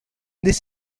this